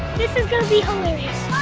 this is gonna be hilarious.